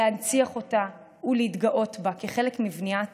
להנציח אותו ולהתגאות בו כחלק מבניית